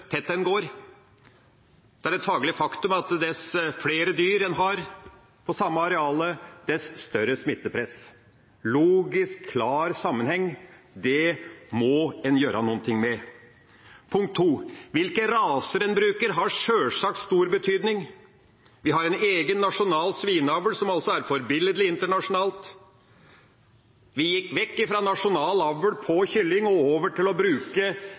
tett de går. Det er et faglig faktum at dess flere dyr en har på samme arealet, dess større smittepress. Det er en logisk, klar sammenheng, og det må en gjøre noe med. Hvilke raser en bruker, har sjølsagt stor betydning. Vi har en egen nasjonal svineavl, som også er forbilledlig internasjonalt. Vi gikk vekk fra nasjonal avl på kylling og over til å bruke